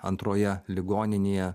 antroje ligoninėje